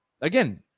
Again